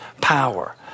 power